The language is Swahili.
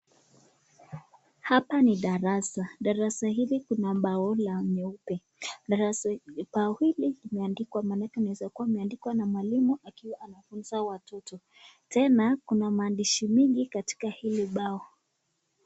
Hapa ni darasa, darasa hili kuna ubao la nyeupe, ubao hili imeandikwa maneno inaweza kuwa imeandikwa na mwalimu akiwa anafunza watoto, tena kuna maandishi mingi katika hili ubao.